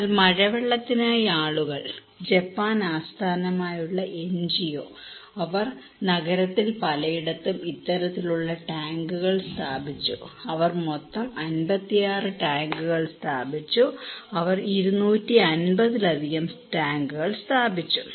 എന്നാൽ മഴവെള്ളത്തിനായി ആളുകൾ ജപ്പാൻ ആസ്ഥാനമായുള്ള എൻജിഒ അവർ നഗരത്തിൽ പലയിടത്തും ഇത്തരത്തിലുള്ള ടാങ്കുകൾ സ്ഥാപിച്ചു അവർ മൊത്തം 56 ടാങ്കുകൾ സ്ഥാപിച്ചു അവർ 250 ലധികം ടാങ്കുകൾ സ്ഥാപിച്ചു